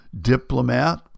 diplomat